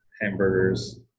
hamburgers